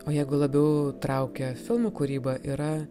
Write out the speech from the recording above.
o jeigu labiau traukia filmų kūryba yra